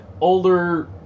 older